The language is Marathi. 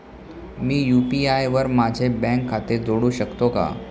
मी यु.पी.आय वर माझे बँक खाते जोडू शकतो का?